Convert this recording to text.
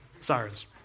sirens